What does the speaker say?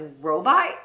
robot